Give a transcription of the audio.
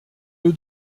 lieu